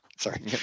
Sorry